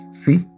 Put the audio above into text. see